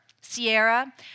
Sierra